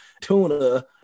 tuna